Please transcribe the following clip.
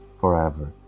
forever